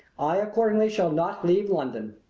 i accordingly shall not leave london.